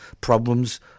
problems